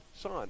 son